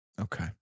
Okay